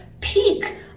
peak